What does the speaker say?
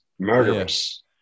murderous